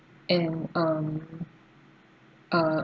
and um uh